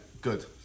good